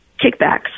kickbacks